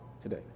today